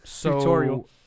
tutorial